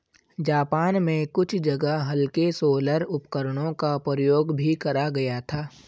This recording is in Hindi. जापान में कुछ जगह हल्के सोलर उपकरणों का प्रयोग भी करा गया था